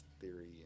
theory